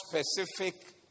specific